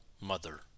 mother